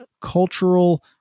cultural